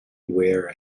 wear